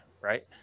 right